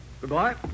Goodbye